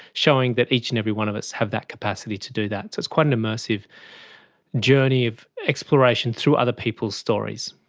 showing that each and every one of us has that capacity to do that. so it's quite an immersive journey of exploration through other people's stories.